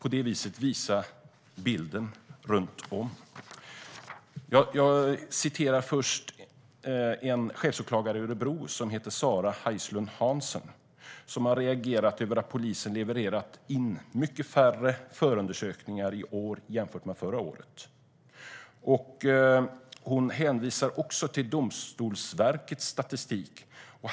Jag ska börja med att återge vad som sagts av en chefsåklagare i Örebro, Sarah Hajslund Hansen. Hon har reagerat på att polisen har levererat mycket färre förundersökningar i år än förra året. Hon hänvisar också till Domstolsverkets statistik.